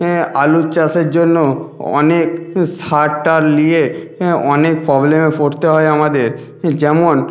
আলুর চাষের জন্য অনেক সার টার নিয়ে হ্যাঁ অনেক প্রবলেমে পড়তে হয় আমাদের যেমন